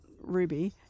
Ruby –